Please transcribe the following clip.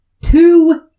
Two